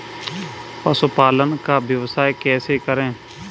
पशुपालन का व्यवसाय कैसे करें?